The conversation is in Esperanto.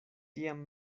tiam